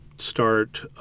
start